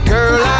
Girl